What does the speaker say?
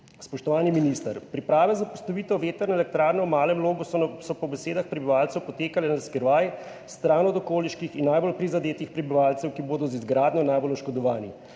Spoštovani minister, priprave za postavitev vetrne elektrarne v Malem Logu so po besedah prebivalcev potekale na skrivaj, stran od okoliških in najbolj prizadetih prebivalcev, ki bodo z izgradnjo najbolj oškodovani.